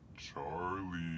Charlie